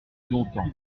longtemps